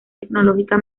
tecnológica